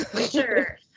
Sure